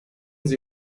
sie